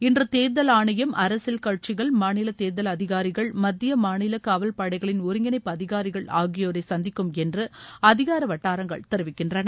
இன்று தேர்தல் ஆணையம் அரசியல் கட்சிகள் மாநில தேர்தல் அதிகாரிகள் மத்திய மாநில காவப்படைகளின் ஒருங்கிணைப்பு அதிகாரிகள் ஆகியோரை சந்திக்கும் என்று அதிகார வட்டாரங்கள் தெரிவிக்கின்றன